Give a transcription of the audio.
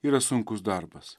yra sunkus darbas